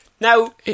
Now